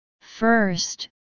First